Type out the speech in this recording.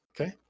Okay